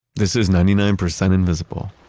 this is ninety nine percent invisible.